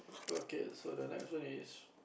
okay so the next one is